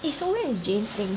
it's always a jane's thing